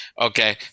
Okay